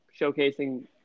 showcasing